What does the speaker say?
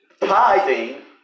Tithing